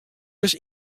ris